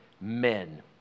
men